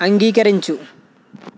అంగీకరించు